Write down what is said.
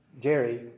Jerry